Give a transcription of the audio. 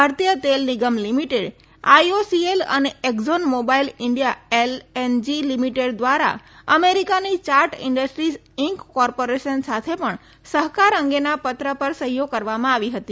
ભારતીય તેલ નિગમ લીમીટેડ આઈઓસીએલ અને Exxon Mobil India LNG limited દ્વારા અમેરિકાની ચાર્ટ ઇન્ડસ્ટ્રીઝ ઇંક કોર્પોરેશન સાથે પણ સહકાર અંગેના પત્ર પર સહીઓ કરવામાં આવી હતી